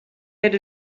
had